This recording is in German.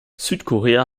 südkorea